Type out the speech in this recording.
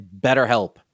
BetterHelp